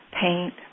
paint